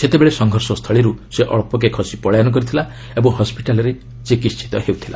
ସେତେବେଳେ ସଂଘର୍ଷ ସ୍ଥଳୀରୁ ସେ ଅଞ୍ଚକେ ଖସି ପଳାୟନ କରିଥିଲା ଓ ହସ୍କିଟାଲ୍ରେ ଚିକିିିିତ ହେଉଥିଲା